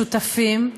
שותפים,